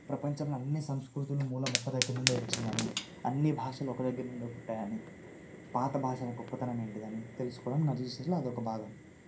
ప్రపంచంలో అన్నీ సంస్కృతులు మూలం ఒక్క దగ్గర నుండే వచ్చిందని అన్నీ భాషలు ఒక్క దగ్గర నుండే పుట్టాయని పాత భాషలు గొప్పదనము ఏంటని తెలుసుకోవడం నా రీసర్చ్లో అదొక భాగం